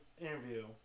interview